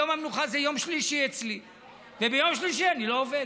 יום המנוחה זה יום שלישי אצלי וביום שלישי אני לא עובד.